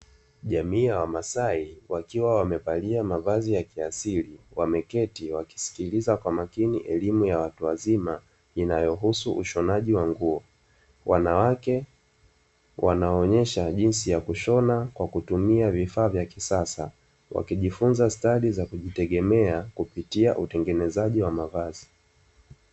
Jamii ya wamasai wakiwa wamevalia mavazi ya kiasili, wameketi wakisikiliza kwa makini elimu ya watu wazima inayohusu ushonaji wa nguo, wanawake wanaonesha jinsi ya kushona kwa kutumia vifaa vya kisasa, wakijifunza stadi za kujitegemea kupitia utengenezaji wa mavazi.